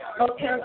Okay